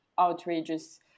outrageous